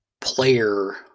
player